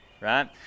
right